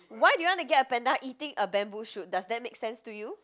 why do you want to get a panda eating a bamboo shoot does that make sense to you